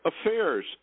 affairs